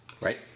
Right